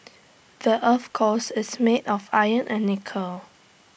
the Earth's cores is made of iron and nickel